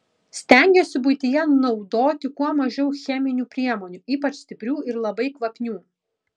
stengiuosi buityje naudoti kuo mažiau cheminių priemonių ypač stiprių ir labai kvapnių